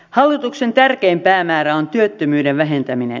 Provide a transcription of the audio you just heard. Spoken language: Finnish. hallituksen tärkein päämäärä on työttömyyden vähentäminen